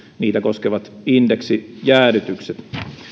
niitä koskevat indeksijäädytykset